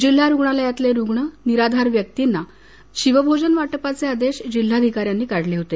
जिल्हा रुग्णालयातले रुग्ण निराधार व्यक्तींना शिवभोजन वाटपाचे आदेश जिल्हाधिकाऱ्यांनी काढले होते